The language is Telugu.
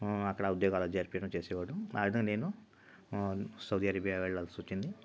అక్కడ ఉద్యోగాల్లో చేరిపీయడం చేసేవాడు అదే నేను సౌదీ అరేబియా వెళ్ళాలిసివచ్చింది